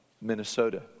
Minnesota